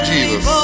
Jesus